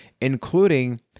including